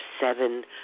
seven